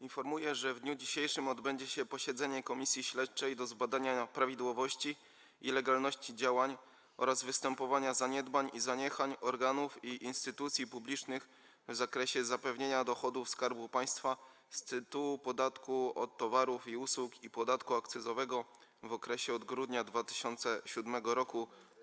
Informuję, że w dniu dzisiejszym odbędzie się posiedzenie Komisji Śledczej do zbadania prawidłowości i legalności działań oraz występowania zaniedbań i zaniechań organów i instytucji publicznych w zakresie zapewnienia dochodów Skarbu Państwa z tytułu podatku od towarów i usług i podatku akcyzowego w okresie od grudnia 2007 r.